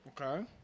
Okay